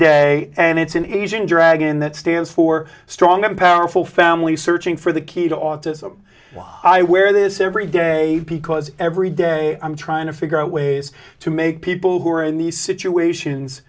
day and it's an aging dragon that stands for strong and powerful family searching for the key to autism why i wear this every day because every day i'm trying to figure out ways to make people who are in these situations